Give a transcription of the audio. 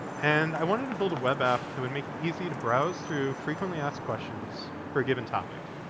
and i wanted to build a web app that would make it easy to browse through frequently asked questions for a given topic.